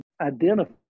identify